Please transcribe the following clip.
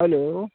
hello